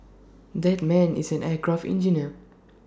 that man is an aircraft engineer